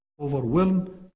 overwhelm